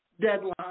deadline